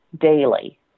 daily